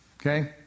Okay